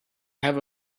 have